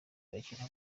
bakina